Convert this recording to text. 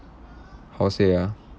how to say ah